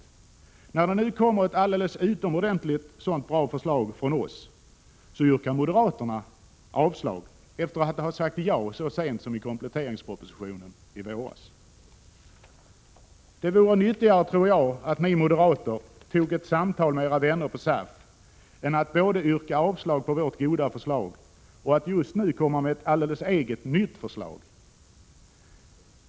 När det nu kommer ett alldeles utomordentligt förslag från oss, yrkar moderaterna avslag, efter att så sent som i kompletteringspropositionen i våras ha sagt ja. Det vore nyttigare, tror jag, för er moderater att ta ett samtal med era vänner på SAF än att både yrka avslag på vårt goda förslag och just nu komma med ett eget, nytt förslag.